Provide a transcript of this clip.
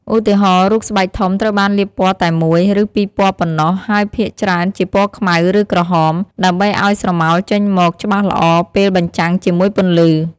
ឧទាហរណ៍ រូបស្បែកធំត្រូវបានលាបពណ៌តែមួយ ឬពីរពណ៌ប៉ុណ្ណោះ ហើយភាគច្រើនជាពណ៌ខ្មៅ ឬក្រហម ដើម្បីឲ្យស្រមោលចេញមកច្បាស់ល្អពេលបញ្ចាំងជាមួយពន្លឺ។